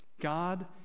God